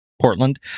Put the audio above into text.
Portland